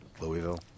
Louisville